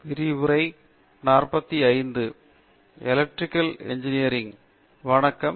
பேராசிரியர் பிரதாப் ஹரிதாஸ் வணக்கம்